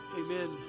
amen